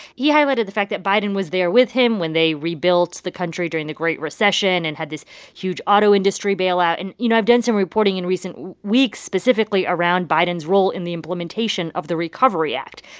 he highlighted the fact that biden was there with him when they rebuilt the country during the great recession and had this huge auto industry bailout. and, you know, i've done some reporting in recent weeks specifically around biden's role in the implementation of the recovery act.